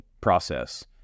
process